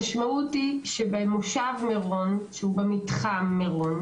המשמעות היא שבמושב מירון שהוא במתחם מירון